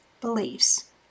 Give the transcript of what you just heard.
beliefs